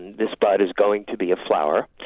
this bud is going to be a flower.